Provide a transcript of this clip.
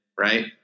right